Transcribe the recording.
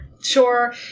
Sure